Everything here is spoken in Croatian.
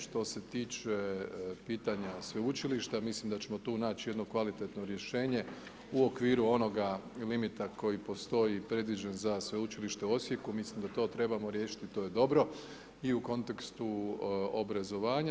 Što se tiče pitanja Sveučilišta, mislim da ćemo tu naći jedno kvalitetno rješenje u okviru onoga limita koji postoji predviđen za Sveučilište u Osijeku, mislim da to trebamo riješiti, to je dobro i u kontekstu obrazovanja.